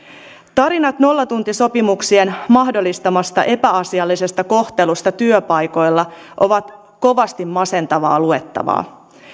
tarinat nollatuntisopimuksien mahdollistamasta epäasiallisesta kohtelusta työpaikoilla ovat kovasti masentavaa luettavaa